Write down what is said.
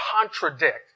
contradict